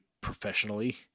professionally